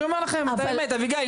אביגיל,